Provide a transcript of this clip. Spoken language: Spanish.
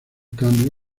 cambio